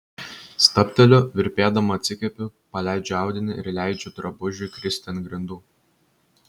stabteliu virpėdama atsikvepiu paleidžiu audinį ir leidžiu drabužiui kristi ant grindų